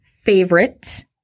favorite